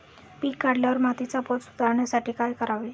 पीक काढल्यावर मातीचा पोत सुधारण्यासाठी काय करावे?